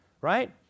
right